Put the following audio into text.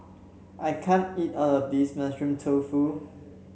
I can't eat all of this Mushroom Tofu